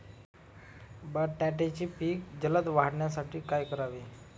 बटाट्याचे पीक जलद वाढवण्यासाठी काय करावे?